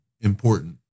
important